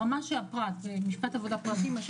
זה משפט עבודה פרטי ברמת הפרט,